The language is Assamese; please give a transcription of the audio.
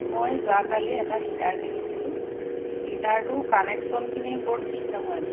মই যোৱাকালি এটা হিটাৰ কিনিছিলোঁ হিটাৰটো কানেকশ্য়নখিনি বৰ ঠিক নহয়